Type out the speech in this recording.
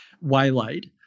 waylaid